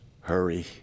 hurry